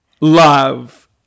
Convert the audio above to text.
love